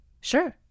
Sure